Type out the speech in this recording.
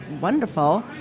wonderful